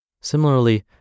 Similarly